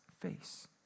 face